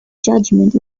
judgment